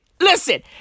listen